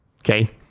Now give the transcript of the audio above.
Okay